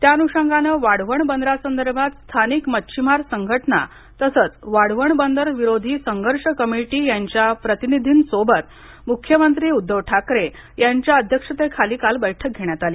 त्या अनुषंगानं वाढवण बदरासदर्भात स्थानिक मच्छिमार सघटना तसचं वाढवण बदर विरोधी सघर्ष कमिटी यांच्या प्रतिनिधीं सोबत मुख्यमंत्री उद्धव ठाकरे यांच्या अध्यक्षतेखाली काल बैठक घेण्यात आली